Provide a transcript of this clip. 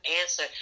answer